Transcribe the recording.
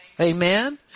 Amen